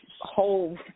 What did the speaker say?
whole